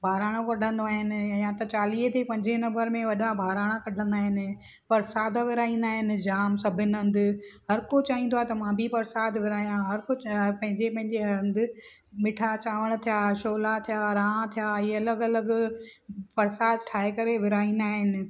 बहिराणो कढंदो आहिनि या त चालीहे त पंजे नंबर में वॾा बहिराणा कढंदा आहिनि परसाद विरिहाईंदा आहिनि जाम सभिनि हंधि हरको चाहींदो आहे त मां बि परसाद विरिहायां हरको च पंहिंजे पंहिंजे हंधि मिठा चांवर थिया छोला थिया रांह थिया इहे अलॻि अलॻि परसाद ठाहे करे विरिहाईंदा आहिनि